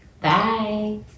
Bye